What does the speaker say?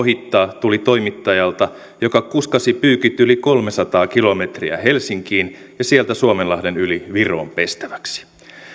ohittaa tuli toimittajalta joka kuskasi pyykit yli kolmesataa kilometriä helsinkiin ja sieltä suomenlahden yli viroon pestäväksi